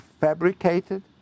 fabricated